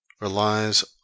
relies